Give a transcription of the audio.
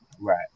Right